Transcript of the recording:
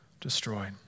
destroyed